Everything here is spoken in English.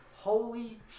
Holy